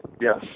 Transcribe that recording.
Yes